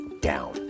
down